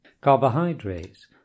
Carbohydrates